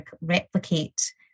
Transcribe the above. replicate